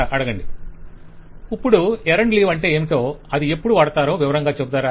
vendor ఇప్పుడు earned leave అంటే ఏమిటో అది ఎప్పుడు వాడతారో వివరంగా చెబుతారా